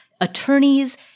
Attorneys